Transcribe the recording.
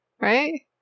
right